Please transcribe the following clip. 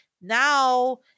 now